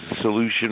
solution